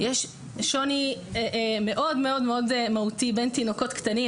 יש שוני מאוד מאוד מהותי בין תינוקות קטנים